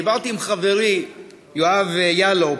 דיברתי עם חברי אבי ילאו,